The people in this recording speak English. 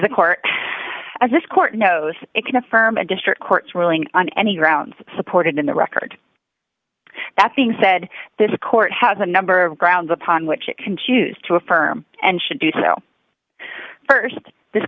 this court knows it can affirm a district court's ruling on any grounds supported in the record that being said this court has a number of grounds upon which it can choose to affirm and should do so st this